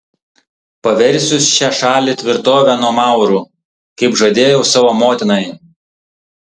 paversiu šią šalį tvirtove nuo maurų kaip žadėjau savo motinai